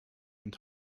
und